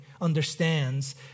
understands